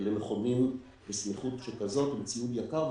למכונים בסמיכות שכזאת עם ציוד יקר,